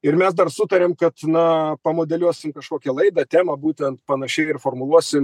ir mes dar sutarėm kad na pamodeliuosim kažkokią laidą temą būtent panašiai ir formuluosim